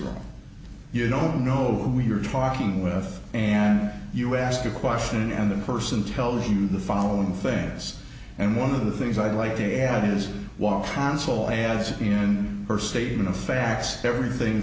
room you don't know who you're talking with and you ask a question and the person tells you the following things and one of the things i like to add to his war council answer in her statement of facts everything